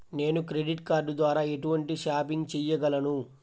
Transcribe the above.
నేను credit card ద్వార ఎటువంటి షాపింగ్ చెయ్యగలను?